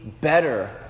better